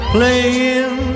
Playing